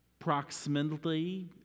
approximately